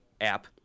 app